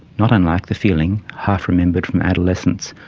not unlike the feeling, half remembered from adolescence,